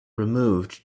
removed